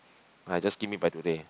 ah it just give me by today